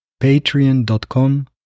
Patreon.com